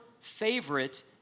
favorite